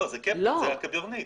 לא, זה הקברניט.